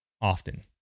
often